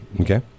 Okay